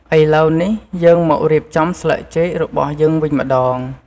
ឥឡូវនេះ យើងមករៀបចំស្លឹកចេករបស់យើងវិញម្ដង។